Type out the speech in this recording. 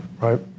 right